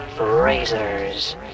Razors